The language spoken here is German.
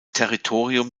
territorium